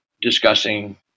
discussing